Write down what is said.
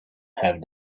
have